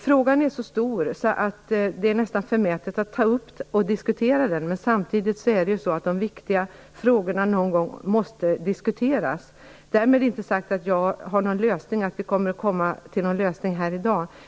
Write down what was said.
Frågan är så stor att det nästan är förmätet att ta upp och diskutera den. Samtidigt måste de viktiga frågorna någon gång diskuteras. Därmed inte sagt att jag har någon lösning eller att vi kommer fram till en lösning här i dag.